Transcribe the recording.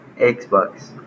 Xbox